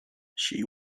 she